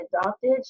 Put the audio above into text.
adopted